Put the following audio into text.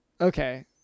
Okay